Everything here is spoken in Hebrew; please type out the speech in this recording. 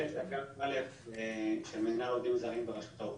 מנהלת אגף של מינהל העובדים הזרים ברשות האוכלוסין.